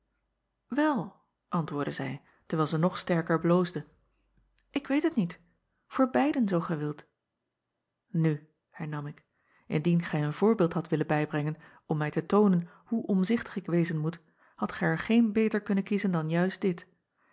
el antwoordde zij terwijl zij nog sterker bloosde ik weet het niet voor beiden zoo gij wilt u hernam ik indien gij een voorbeeld hadt willen bijbrengen om mij te toonen hoe omzichtig ik wezen moet hadt gij er geen beter kunnen kiezen dan juist dit